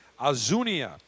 Azunia